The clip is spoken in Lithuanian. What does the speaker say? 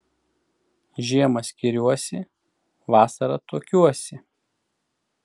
žiemą skiriuosi vasarą tuokiuosi